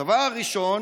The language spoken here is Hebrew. הדבר הראשון